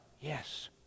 Yes